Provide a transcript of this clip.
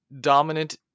dominant